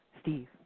Steve